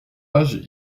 âge